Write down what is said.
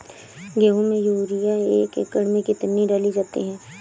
गेहूँ में यूरिया एक एकड़ में कितनी डाली जाती है?